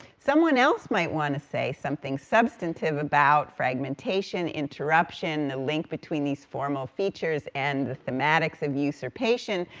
someone else might want to say something substantive about fragmentation, interruption, the link between these formal features, and the thematics of usurpation,